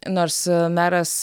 nors meras